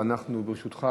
ברשותך,